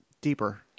deeper